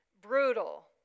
brutal